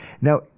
Now